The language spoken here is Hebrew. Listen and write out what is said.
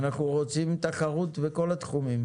אנחנו רוצים תחרות בכל התחומים.